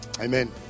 Amen